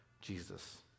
Jesus